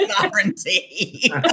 sovereignty